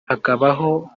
hakabaho